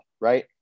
right